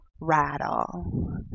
rattle